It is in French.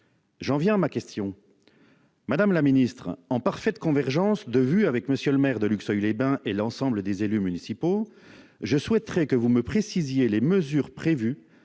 J'en viens à ma question. Madame la ministre, en parfaite convergence de vue avec le maire de Luxeuil-les-Bains et l'ensemble des élus municipaux, je souhaiterais que vous me précisiez les mesures que